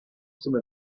some